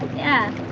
yeah.